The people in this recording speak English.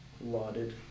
lauded